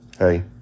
hey